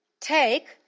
take